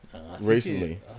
recently